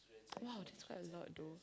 !wow! that's quite a lot though